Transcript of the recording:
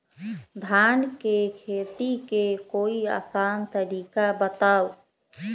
धान के खेती के कोई आसान तरिका बताउ?